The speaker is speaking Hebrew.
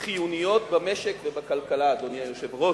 חיוניות במשק ובכלכלה, אדוני היושב-ראש.